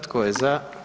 Tko je za?